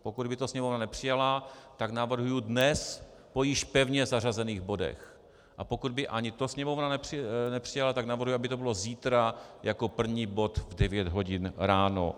Pokud by to Sněmovna nepřijala, tak navrhuji dnes po již pevně zařazených bodech, a pokud by ani to Sněmovna nepřijala, navrhuji, aby to bylo zítra jako první bod v 9 hodin ráno.